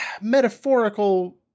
metaphorical